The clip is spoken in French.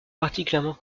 particulièrement